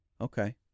Okay